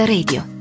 Radio